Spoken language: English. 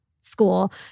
school